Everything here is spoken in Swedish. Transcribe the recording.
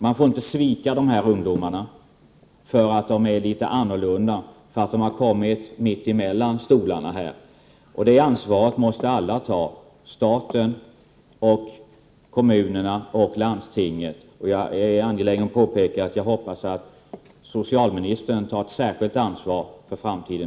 Man får inte svika de här ungdomarna för att de är litet annorlunda, för att de så att säga har kommit mitt emellan stolarna. Detta ansvar måste alltså alla ta — staten, kommunerna och landstingen. Jag är angelägen att framhålla att socialministern härvidlag tar ett särskilt ansvar för framtiden.